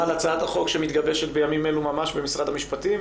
אפתח ואומר שמשרד המשפטים